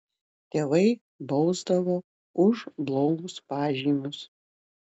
tėvai bausdavo už blogus pažymius